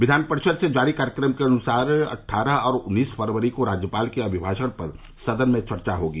विधान परिषद से जारी कार्यक्रम के अनुसार अट्ठारह और उन्नीस फरवरी को राज्यपाल के अभिभाषण पर सदन में चर्चा होगी